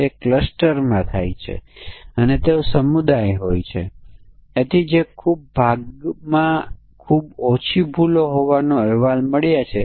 તેથી આ સમકક્ષ વર્ગોની બહારના મૂલ્યો છે